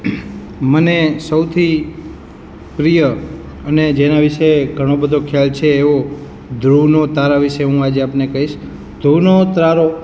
મને સૌથી પ્રિય અને જેના વિશે ઘણો બધો ખ્યાલ છે એવો ધ્રુવનો તારા વિશે હું આપને કહીશ ધ્રુવનો તારો